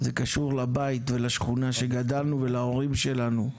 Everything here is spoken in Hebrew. זה קשור לבית ולשכונה שגדלנו, ולהורים שלנו.